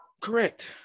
Correct